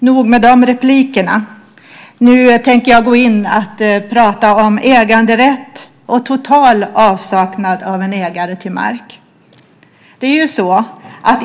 Nu tänker jag prata om äganderätt och om total avsaknad av en ägare till mark.